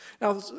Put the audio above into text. Now